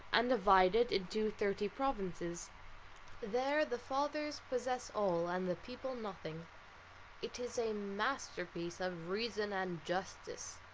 and divided into thirty provinces there the fathers possess all, and the people nothing it is a masterpiece of reason and justice.